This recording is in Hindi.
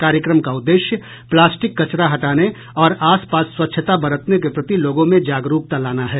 कार्यक्रम का उद्देश्य प्लास्टिक कचरा हटाने और आसपास स्वच्छता बरतने के प्रति लोगों में जागरुकता लाना है